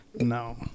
No